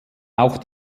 auch